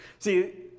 See